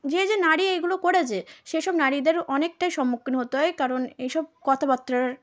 যে যে নারী এইগুলো করেছে সেসব নারীদের অনেকটাই সম্মুখীন হতে হয় কারণ এইসব কথাবার্তার